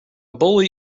bully